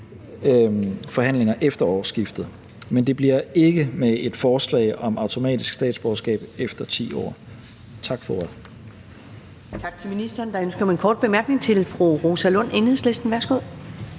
forhandlinger efter årsskiftet. Men det bliver ikke med et forslag om automatisk statsborgerskab efter 10 år. Tak for ordet.